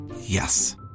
Yes